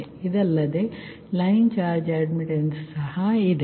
ಇದಲ್ಲದೆ line charge admittance ಸಹ ಇದೆ